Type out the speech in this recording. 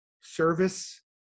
Service